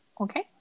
Okay